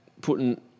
putting